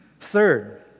Third